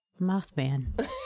Mothman